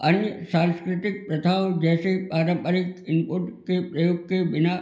अन्य सांस्कृतिक प्रथाओं जैसे पारम्परिक इनपुट के प्रयोग के बिना